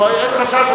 אין חשש.